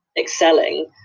excelling